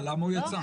למה הוא יצא?